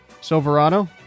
Silverado